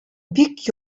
бик